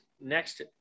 next